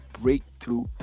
breakthrough